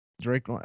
Drake